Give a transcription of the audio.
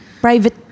Private